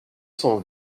cent